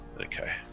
Okay